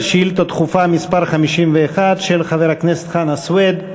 שאילתה דחופה מס' 51 של חבר הכנסת חנא סוייד.